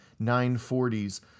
940s